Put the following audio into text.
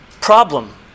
problem